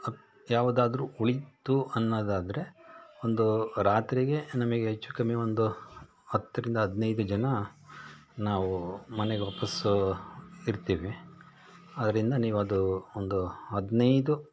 ಯಾವುದಾದರೂ ಉಳೀತು ಅನ್ನೋದಾದ್ರೆ ಒಂದು ರಾತ್ರಿಗೆ ನಮಗೆ ಹೆಚ್ಚು ಕಮ್ಮಿ ಒಂದು ಹತ್ತರಿಂದ ಹದಿನೈದು ಜನ ನಾವು ಮನೆಗೆ ವಾಪಸ್ ಇರ್ತೀವಿ ಆದ್ದರಿಂದ ನೀವು ಅದು ಒಂದು ಹದಿನೈದು